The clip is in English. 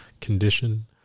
condition